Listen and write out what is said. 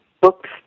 books